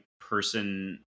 person